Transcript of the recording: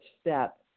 step